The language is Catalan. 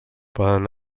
poden